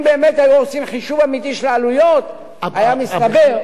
אם באמת היו עושים חישוב אמיתי של העלויות היה מסתבר,